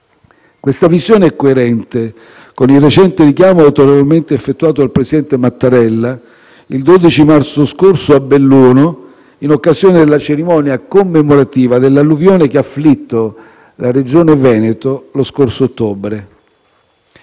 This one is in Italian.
Questa visione è coerente con il recente richiamo autorevolmente effettuato dal presidente Mattarella il 12 marzo scorso a Belluno, in occasione della cerimonia commemorativa dell'alluvione che ha afflitto la Regione Veneto lo scorso ottobre.